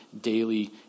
daily